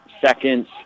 seconds